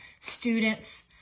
students